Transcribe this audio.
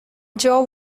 jaw